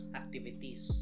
activities